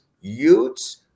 Utes